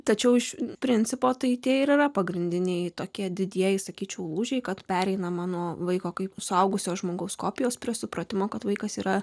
tačiau iš principo tai tie ir yra pagrindiniai tokie didieji sakyčiau ūžia kad pereinama nuo vaiko kaip suaugusio žmogaus kopijos prie supratimo kad vaikas yra